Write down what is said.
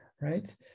right